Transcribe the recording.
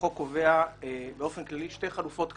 היום החוק קובע באופן כללי שתי חלופות קצה,